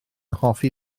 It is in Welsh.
hoffi